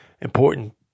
important